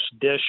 dish